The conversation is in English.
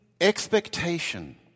expectation